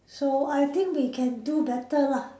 so I think we can do better lah